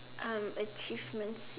um achievements